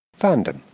Fandom